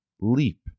leap